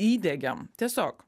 įdiegėm tiesiog